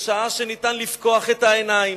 בשעה שניתן לפקוח את העיניים,